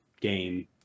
game